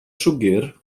siwgr